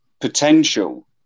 potential